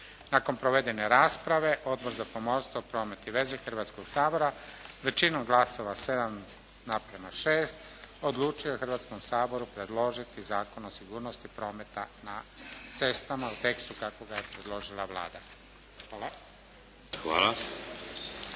Nakon provedene rasprave Odbor za pomorstvo, promet i veze Hrvatskog sabora većinom glasova 7:6 odlučio je Hrvatskom saboru predložiti Zakon o sigurnosti prometa na cestama u tekstu kako ga je predložila Vlada. Hvala.